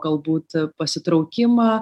galbūt pasitraukimą